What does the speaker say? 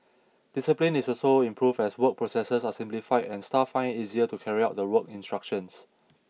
discipline is also improved as work processes are simplified and staff find it easier to carry out the work instructions